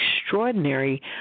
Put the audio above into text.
extraordinary